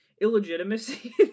illegitimacy